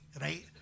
right